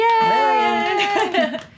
Yay